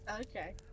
okay